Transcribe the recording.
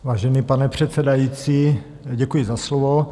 Vážený pane předsedající, děkuji za slovo.